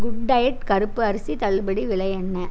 good diet கருப்பு அரிசி தள்ளுபடி விலை என்ன